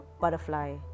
butterfly